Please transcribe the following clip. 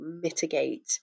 mitigate